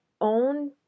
own